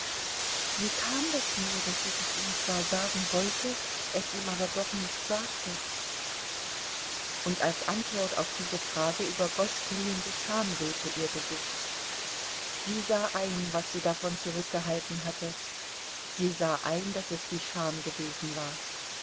wie kam das nur daß ich es ihm zwar sagen wollte es ihm aber doch nicht sagte und als antwort auf diese frage übergoß glühende schamröte ihr gesicht sie sah ein was sie davon zurückgehalten hatte sie sah ein daß es die scham gewesen war